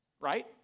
right